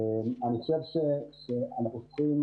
אני חושב שאנחנו צריכים